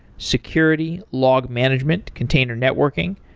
security, log management, container networking,